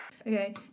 Okay